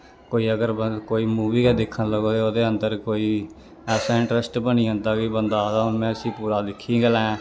कोई अगर कोई मूवी गै दिक्खन लग्गो ते अन्दर कोई ऐसा इंट्रस्ट बनी जंदा कि बंदा आखदा हून में इसी पूरा दिक्खी गै लैं